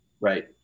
Right